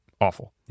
awful